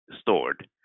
stored